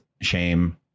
shame